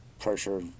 pressure